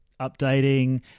updating